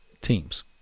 teams